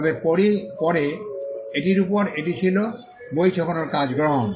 তবে পরে এটির উপর এটি ছিল বই ছাপানোর কাজ গ্রহণ